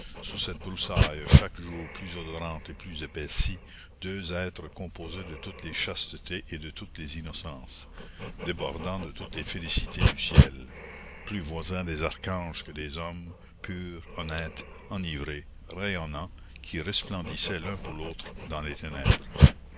sous cette broussaille chaque jour plus odorante et plus épaissie deux êtres composés de toutes les chastetés et de toutes les innocences débordant de toutes les félicités du ciel plus voisins des archanges que des hommes purs honnêtes enivrés rayonnants qui resplendissaient l'un pour l'autre dans les ténèbres